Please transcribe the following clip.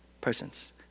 persons